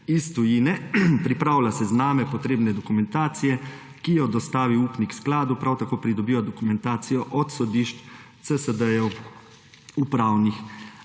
iz tujine. Pripravlja sezname, potrebne dokumentacije, ki jo dostavi upnik Skladu, prav tako pridobiva dokumentacijo od sodišč, CSD-jev, upravnih